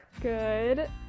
Good